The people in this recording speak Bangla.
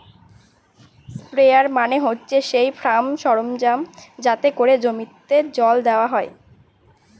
স্প্রেয়ার মানে হচ্ছে সেই ফার্ম সরঞ্জাম যাতে করে জমিতে জল দেওয়া হয়